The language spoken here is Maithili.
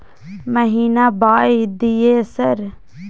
महीना बाय दिय सर?